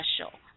special